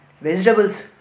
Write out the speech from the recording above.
vegetables